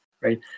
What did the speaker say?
right